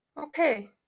okay